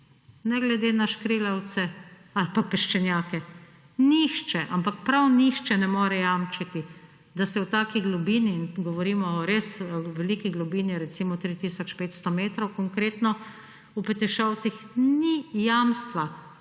ne glede na škrilovce ali pa peščenjake. Nihče, ampak prav nihče ne more jamčiti, da se v taki globini – in govorimo o res veliki globini, recimo 3 tisoč 500 metrov konkretno v Petišovcih –, ni jamstva,